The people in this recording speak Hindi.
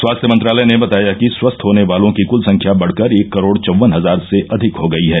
स्वास्थ्य मंत्रालय ने बताया कि स्वस्थ होने वालों की क्ल संख्या बढ़कर एक करोड चौवन हजार से अधिक हो गई है